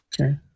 Okay